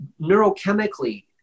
neurochemically